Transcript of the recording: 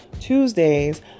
Tuesdays